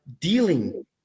dealing